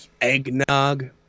eggnog